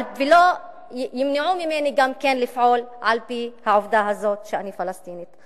ולא ימנעו ממני לפעול על-פי העובדה הזאת שאני פלסטינית.